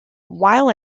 while